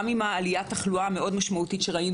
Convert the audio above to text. גם עם עליית התחלואה המאוד משמעותית שראינו